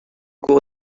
cours